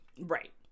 Right